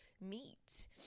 meet